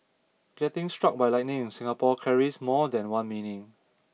getting struck by lightning in Singapore carries more than one meaning